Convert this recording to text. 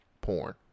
porn